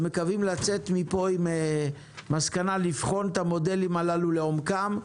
ומקווים לצאת מפה עם מסקנה לבחון את המודלים האלה לעומקם,